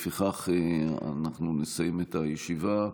לפיכך, אנחנו נסיים את הישיבה.